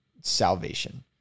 salvation